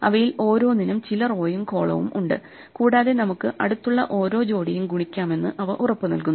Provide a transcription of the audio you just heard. അവയിൽ ഓരോന്നിനും ചില റോയും കോളവും ഉണ്ട് കൂടാതെ നമുക്ക് അടുത്തുള്ള ഓരോ ജോഡിയും ഗുണിക്കാമെന്നു അവ ഉറപ്പുനൽകുന്നു